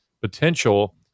potential